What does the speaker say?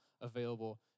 available